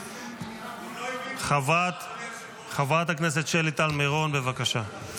--- חברת הכנסת שלי טל מירון, בבקשה.